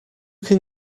can